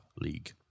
league